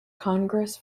congress